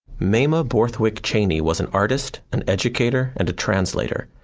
mamah borthwick cheney was an artist, an educator, and a translator.